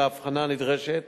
להבחנה הנדרשת